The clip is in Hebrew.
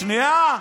שנייה.